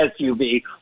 SUV